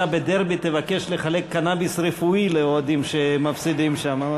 אתה בדרבי תבקש לחלק קנאביס רפואי לאוהדים שמפסידים שם.